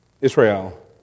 Israel